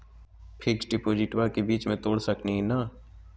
Fix डिपोजिटबा के बीच में तोड़ सकी ना?